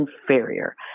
inferior